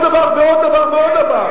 כל שבוע עוד דבר ועוד דבר ועוד דבר.